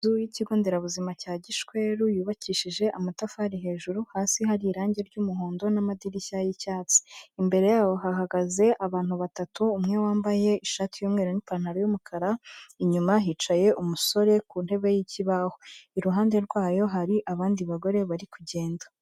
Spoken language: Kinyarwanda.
Inzu y'ikigonderabuzima cya gishweru yubakishije amatafari hejuru, hasi hari irangi ry'muhondo n'amadirishya y'icyatsi. Imbere yayo hahagaze abantu batatu umwe wambaye ishati y'umweru n'ipantaro y'umukara, inyuma hicaye umusore ku ntebe y'ikibaho iruhande rwayo hari abandi bagore bari kugenda.